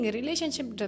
relationship